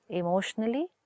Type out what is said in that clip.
emotionally